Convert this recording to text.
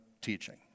teaching